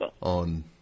on